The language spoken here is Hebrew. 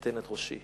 אתן את ראשי.